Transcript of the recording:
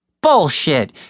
Bullshit